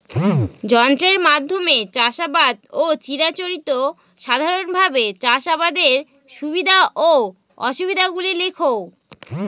যন্ত্রের মাধ্যমে চাষাবাদ ও চিরাচরিত সাধারণভাবে চাষাবাদের সুবিধা ও অসুবিধা গুলি লেখ?